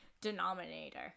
denominator